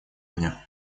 мне